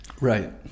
right